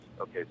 okay